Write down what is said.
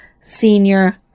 senior